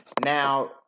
Now